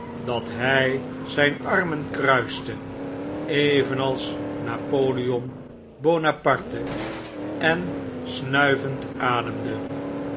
dat hij zyn artnen kruiste evenals napoleon buonaparte en snuivend ademde